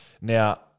Now